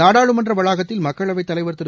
நாடாளுமன்ற வளாகத்தில் மக்களவைத் தலைவர் திரு